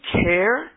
care